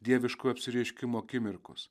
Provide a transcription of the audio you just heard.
dieviškojo apsireiškimo akimirkos